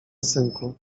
synku